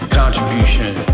contribution